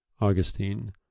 Augustine